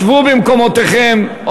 שבו במקומותיכם,